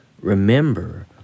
Remember